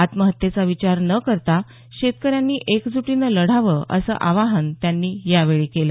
आत्महत्येचा विचार न करता शेतकऱ्यांनी एकजुटीनं लढावं असं आवाहन त्यांनी यावेळी केलं